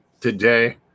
today